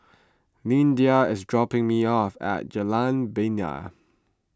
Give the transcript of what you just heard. Lyndia is dropping me off at Jalan Bena